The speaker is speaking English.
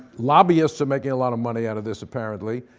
lobbyists are making a lot of money out of this, apparently.